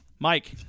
Mike